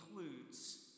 includes